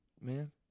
man